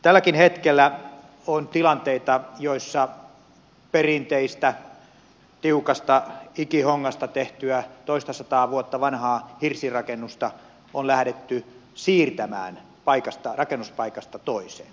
tälläkin hetkellä on tilanteita joissa perinteistä tiukasta ikihongasta tehtyä toistasataa vuotta vanhaa hirsirakennusta on lähdetty siirtämään rakennuspaikasta toiseen